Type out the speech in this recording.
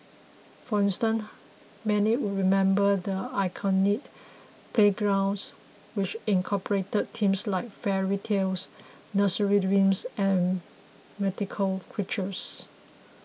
for instance many would remember the iconic playgrounds which incorporated themes like fairy tales nursery rhymes and mythical creatures